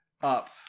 up